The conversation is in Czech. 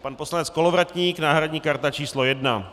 Pan poslanec Kolovratník náhradní karta číslo 1.